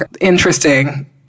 interesting